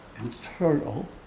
internal